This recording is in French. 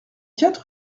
quatre